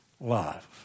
Love